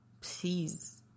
Please